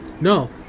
No